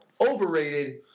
Overrated